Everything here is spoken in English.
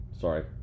sorry